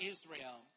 Israel